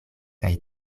kaj